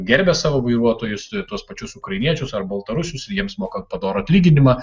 gerbia savo vairuotojus tuos pačius ukrainiečius ar baltarusius jiems moka padorų atlyginimą